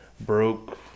broke